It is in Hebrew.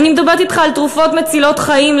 אני מדברת אתך על תרופות מצילות חיים,